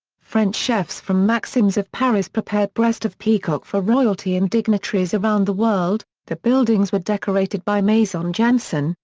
french chefs from maxim's of paris prepared breast of peacock for royalty and dignitaries around the world, the buildings were decorated by maison jansen,